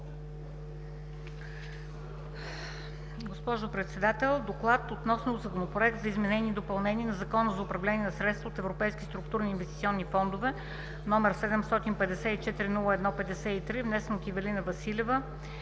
Госпожо Председател, Доклад относно законопроект за изменение и допълнение на Закона за управление на средствата от европейските структурни и инвестиционни фондове, № 754-01-53, внесен от Ивелина Василева